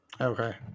Okay